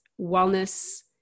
wellness